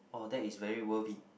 oh that is very worthy